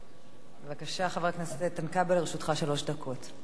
בבקשה, חבר הכנסת איתן כבל, לרשותך שלוש דקות.